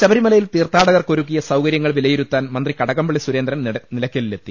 ശബരിമലയിൽ ദ്രതീർത്ഥാടകർക്ക് ഒരുക്കിയ സൌകര്യങ്ങൾ വിലയിരുത്താൻ മന്ത്രി കടകംപള്ളി സുരേന്ദ്രൻ നിലയ്ക്കലിലെ ത്തി